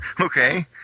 Okay